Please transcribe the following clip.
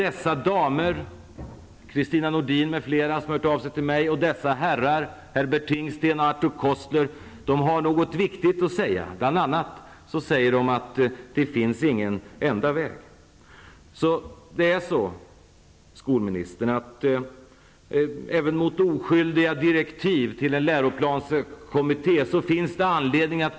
Dessa damer -- Kristina Nordin m.fl. som har hört av sig till mig -- och dessa herrar, Herbert Tingsten och Arthur Koestler, har något viktigt att säga. Bl.a. säger de att det inte finns någon enda väg. Det finns därför, skolministern, anledning att bjuda motstånd även mot oskyldiga direktiv till en läroplanskommitté.